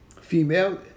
female